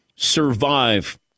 survive